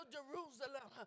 Jerusalem